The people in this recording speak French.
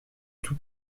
tout